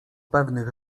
pewnych